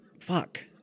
Fuck